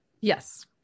yes